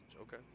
Okay